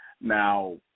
Now